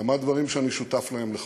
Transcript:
כמה דברים שאני שותף להם לחלוטין.